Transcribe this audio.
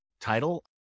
title